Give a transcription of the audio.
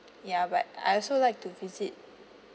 ya but I also like to visit